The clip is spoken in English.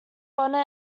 bonnet